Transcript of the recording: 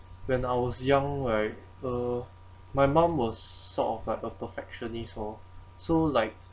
when I was young like uh my mum was sort of like a perfectionist lor so like